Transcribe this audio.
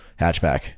hatchback